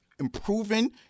improving